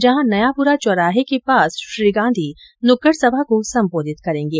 जहाँ नयापुरा चौराहे के पास श्री गांधी नुक्कड़ सभा को सम्बोधित करेंगे